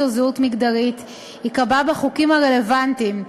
או זהות מגדרית ייקבע בחוקים הרלוונטיים,